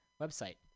website